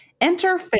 Enter